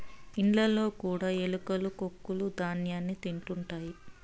ఇండ్లలో కూడా ఎలుకలు కొక్కులూ ధ్యాన్యాన్ని తింటుంటాయి